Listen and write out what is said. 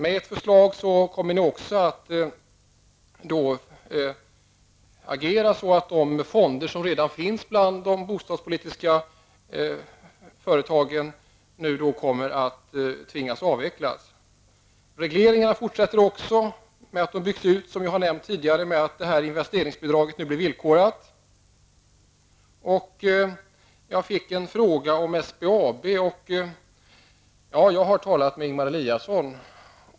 Ert förslag talar också för att ni kommer att agera så att bostadsföretagen kommer att tvingas avveckla de fonder som redan finns. Regleringen fortsätter också. Den utökas, vilket jag har nämnt tidigare, i och med att investeringsbidraget nu blir villkorat. Jag fick en fråga om SBAB, och jag har talat med Ingemar Eliasson.